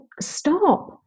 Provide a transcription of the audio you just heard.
stop